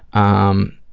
um,